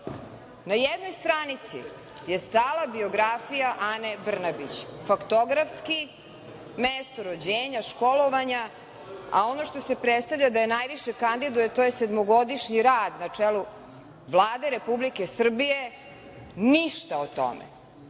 Na jednu stranicu je stala biografija Ane Brnabić, faktografski, mesto rođenja, školovanja, a ono što se predstavlja da je najviše kandiduje, to je sedmogodišnji rad na čelu Vlade Republike Srbije. Ništa o tome,